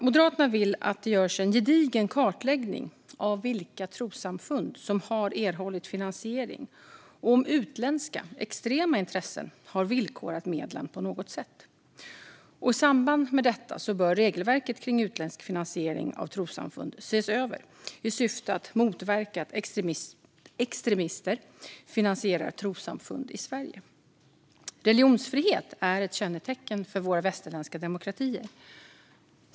Moderaterna vill att det görs en gedigen kartläggning av vilka trossamfund som har erhållit finansiering och av om utländska extrema intressen har villkorat medlen på något sätt. I samband med detta bör regelverket kring utländsk finansiering av trossamfund ses över i syfte att motverka att extremister finansierar trossamfund i Sverige. Religionsfrihet är ett kännetecken för våra västerländska demokratier.